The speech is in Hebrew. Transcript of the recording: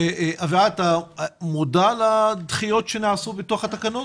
אביעד, אתה מודע לדחיות שנעשו בתוך התקנות?